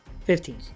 Fifteen